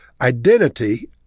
identity